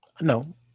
No